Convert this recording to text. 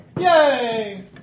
Yay